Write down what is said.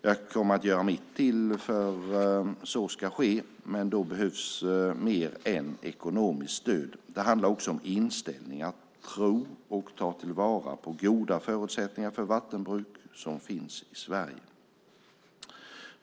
Jag kommer att göra mitt till för att så ska ske men då behövs mer än ekonomiskt stöd. Det handlar också om inställning; att tro och ta till vara de goda förutsättningar för vattenbruk som finns i Sverige.